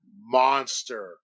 monster